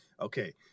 Okay